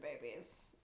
babies